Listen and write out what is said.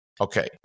Okay